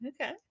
okay